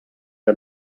que